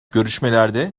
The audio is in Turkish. görüşmelerde